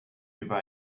über